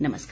नमस्कार